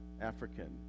African